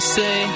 say